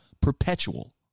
perpetual